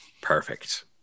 Perfect